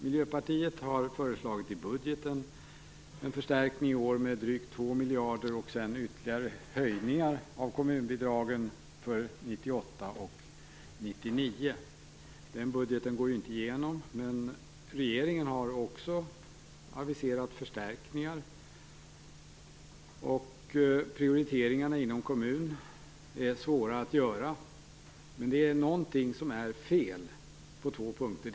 Miljöpartiet har föreslagit en förstärkning av budgeten i år med drygt 2 miljarder och sedan ytterligare höjningar av kommunbidragen 1998 och 1999. Den budgeten går inte igenom, men regeringen har också aviserat förstärkningar. Prioriteringar inom kommunerna är svåra att göra, men på två punkter är något är fel.